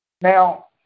Now